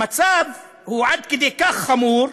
המצב עד כדי כך חמור,